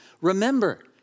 remember